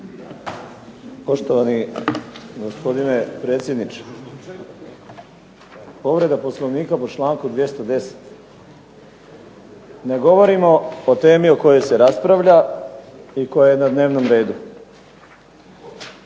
Poštovani gospodine predsjedniče. Povreda Poslovnika po članku 210. Ne govorimo o temi o kojoj se raspravlja i koja je na dnevnom redu.